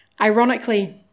Ironically